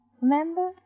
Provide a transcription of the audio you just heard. Remember